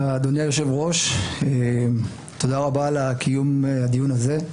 אדוני היושב-ראש, תודה רבה על קיום הדיון הזה.